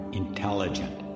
intelligent